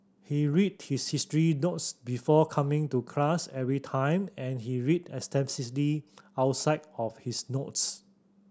he read his history notes before coming to class every time and he read extensively outside of his notes